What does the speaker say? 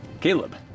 Caleb